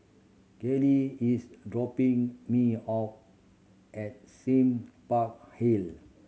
Karlie is dropping me off at Sime Park Hill